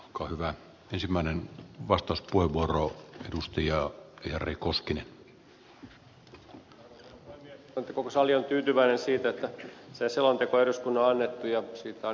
onko hyvä ensimmäinen vastauspuheenvuoro edusti ja luulen että koko sali on tyytyväinen siitä että selonteko on eduskunnalle annettu ja siitä on ihan hyvä mietintö tehty